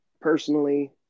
Personally